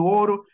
ouro